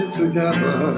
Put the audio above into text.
together